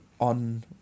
on